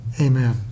Amen